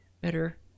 better